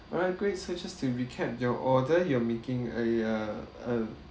all right great so just to recap your order you are making a uh uh